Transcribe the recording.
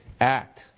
Act